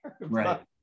right